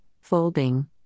Folding